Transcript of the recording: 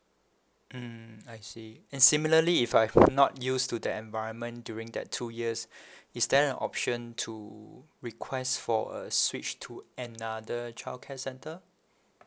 mm I see and similarly if I've not used to that environment during that two years is there an option to request for a switch to another childcare centre